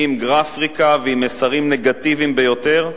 עם גרפיקה ועם מסרים נגטיביים ביותר.